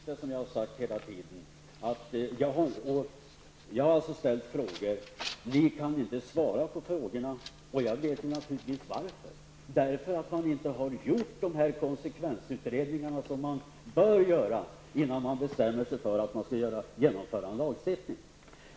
Fru talman! Det är precis det jag har sagt hela tiden. Jag har ställt frågor, men ni kan inte svara på frågorna. Jag vet naturligtvis varför. Anledningen är att man inte har gjort de konsekvensutredningar som man bör göra innan man bestämmer sig för att genomföra en lagstiftning.